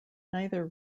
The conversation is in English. neither